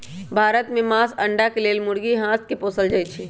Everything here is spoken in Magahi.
भारत में मास, अण्डा के लेल मुर्गी, हास के पोसल जाइ छइ